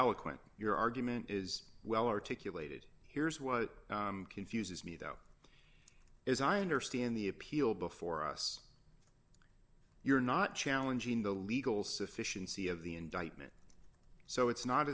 eloquent your argument is well articulated here's what confuses me though is i understand the appeal before us you're not challenging the legal sufficiency of the indictment so it's not